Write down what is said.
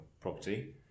property